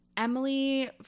Emily